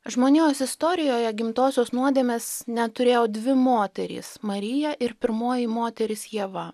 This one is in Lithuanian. žmonijos istorijoje gimtosios nuodėmės neturėjo dvi moterys marija ir pirmoji moteris ieva